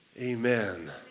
amen